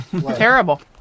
Terrible